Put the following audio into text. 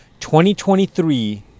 2023